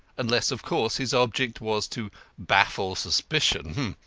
unless, of course, his object was to baffle suspicion.